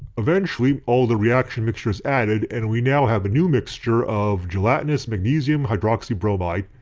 eventually all the reaction mixture is added and we now have a new mixture of gelatinous magnesium hydroxy bromide,